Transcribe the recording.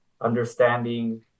understanding